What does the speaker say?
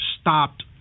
stopped